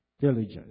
Diligence